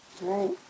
Right